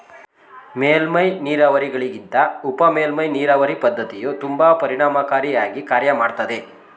ಮೇಲ್ಮೈ ನೀರಾವರಿಗಳಿಗಿಂತ ಉಪಮೇಲ್ಮೈ ನೀರಾವರಿ ಪದ್ಧತಿಯು ತುಂಬಾ ಪರಿಣಾಮಕಾರಿ ಆಗಿ ಕಾರ್ಯ ಮಾಡ್ತದೆ